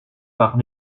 par